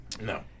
No